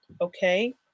okay